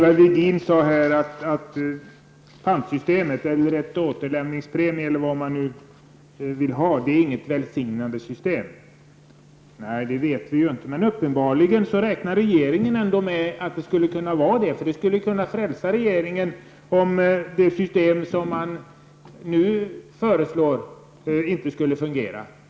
Fru talman! Ivar Virgin sade att pantsystemet eller en återlämningspremie inte är något välsignande system. Men uppenbarligen räknar regeringen ändå med att det skulle kunna vara det, eftersom det skulle kunna frälsa regeringen, om det system som man nu föreslår inte skulle fungera.